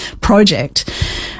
project